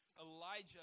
Elijah